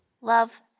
Love